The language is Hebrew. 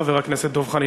חבר הכנסת דב חנין.